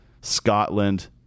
Scotland